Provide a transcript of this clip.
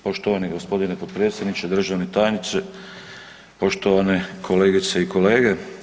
Poštovani g. potpredsjedniče, državni tajniče, poštovane kolegice i kolege.